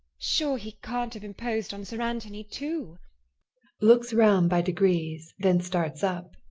sure he can't have imposed on sir anthony too looks round by degrees, then starts up.